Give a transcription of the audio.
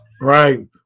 Right